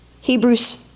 Hebrews